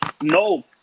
No